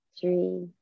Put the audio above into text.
three